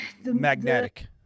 magnetic